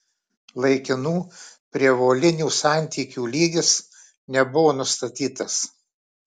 laikinų prievolinių santykių lygis nebuvo nustatytas